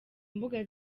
mbuga